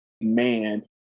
man